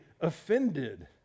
offended